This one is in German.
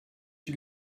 die